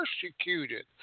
persecuted